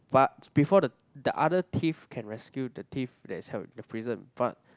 but before the the other thief can rescue the thief that is held in the prison but